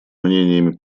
мнениями